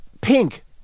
Pink